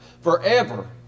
Forever